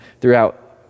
throughout